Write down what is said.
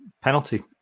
penalty